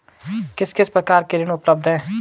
किस किस प्रकार के ऋण उपलब्ध हैं?